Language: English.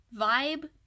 vibe